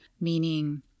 meaning